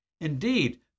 Indeed